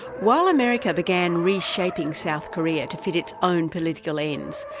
while america began reshaping south korea to fit its own political ends,